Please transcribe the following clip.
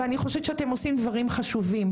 ואני חושבת שאתם עושים דברים חשובים,